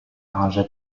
rangeait